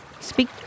speak